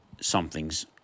something's